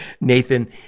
Nathan